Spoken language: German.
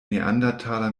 neandertaler